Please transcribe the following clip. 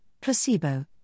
placebo